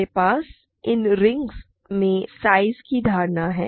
हमारे पास इन रिंग्स में साइज की धारणा है